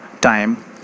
time